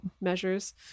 measures